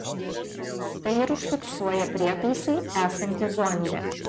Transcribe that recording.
tai ir užfiksuoja prietaisai esantys zonde